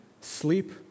sleep